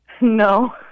No